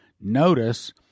Notice